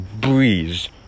breeze